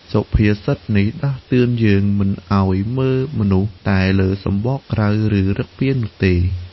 សុភាសិតនេះដាស់តឿនយើងមិនឱ្យមើលមនុស្សតែលើសម្បកក្រៅ ឬឫកពានោះទេ។